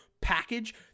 package